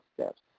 steps